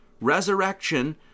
Resurrection